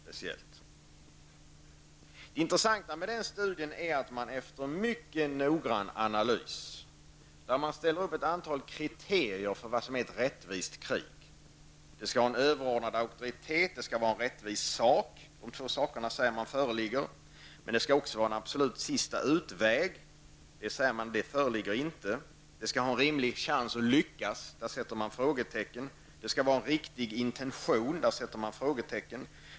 Det intressanta med denna skrift är att man efter mycket noggrann analys man ställer upp ett antal kriterier för vad som är ett rättvist krig. Det skall finnas en överordnad auktoritet, och det skall vara en rättvis sak. Dessa två saker säger man föreligger. Men det skall också vara en absolut sista utväg, något som man säger inte föreligger, det skall ha en rimlig chans att lyckas, och där sätter man frågetecken. Det skall vidare finnas en riktig intention, och där sätter man likaså frågetecken.